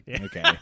Okay